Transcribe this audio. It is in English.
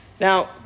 Now